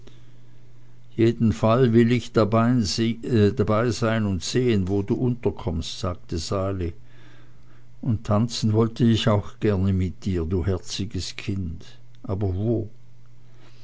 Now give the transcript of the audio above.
jedenfalls will ich dabeisein und sehen wo du unterkommst sagte sali und tanzen wollte ich auch gerne mit dir du herziges kind aber wo